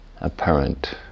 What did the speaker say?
apparent